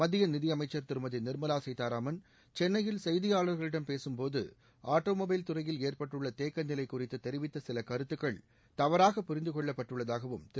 மத்திய நிதியமைச்சர் திருமதி நிர்மலா சீதாராமன் சென்னையில் செய்தியாளர்களிடம் பேசும்போது ஆட்டோமொபைல் துறையில் ஏற்பட்டுள்ள தேக்கநிலை குறித்து தெரிவித்த சில கருத்துக்கள் தவறாக புரிந்து கொள்ளப்பட்டுள்ளதாகவும் திரு